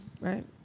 right